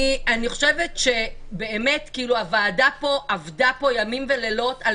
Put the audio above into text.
אני חושבת שהוועדה פה עבדה ימים ולילות על